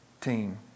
team